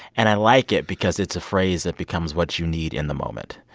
and i like it because it's a phrase that becomes what you need in the moment.